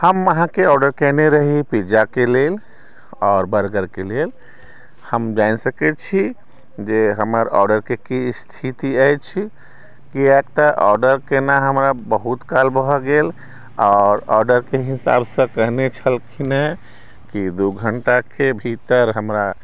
हम अहाँके ऑर्डर केने रही पिज्जाके लेल आओर बर्गरके लेल हम जानि सकै छी जे हमर ऑर्डरके की स्थिति अछि कियाकि तऽ ऑर्डर केना हमरा बहुत काल भऽ गेल आओर ऑर्डरके हिसाबसँ कहने छलखिन हँ की दू घण्टाके भीतर हमरा